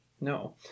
No